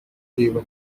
kwiba